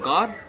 God